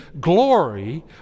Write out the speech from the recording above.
glory